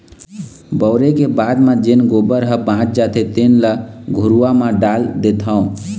बउरे के बाद म जेन गोबर ह बाच जाथे तेन ल घुरूवा म डाल देथँव